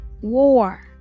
war